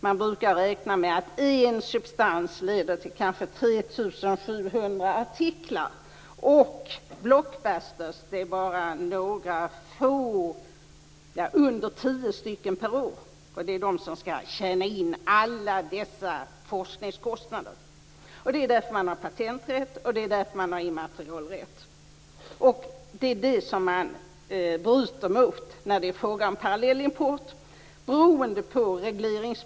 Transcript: Man brukar räkna med att en substans leder till 3 700 artiklar. Det förekommer bara några få Block-busters per år - under tio stycken. Det är på dem man skall tjäna in alla forskningskostnaderna. Det är därför man har patenträtt, och det är därför man har immaterialrätt. Det är detta man bryter mot när det är fråga om parallellimport.